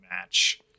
match